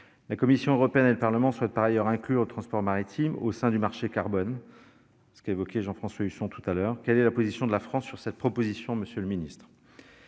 La Commission européenne et le Parlement souhaitent par ailleurs inclure le transport maritime au sein du marché carbone- Jean-François Husson l'a souligné précédemment. Quelle est la position de la France sur cette proposition, monsieur le secrétaire